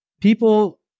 people